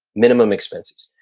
minimum expenses.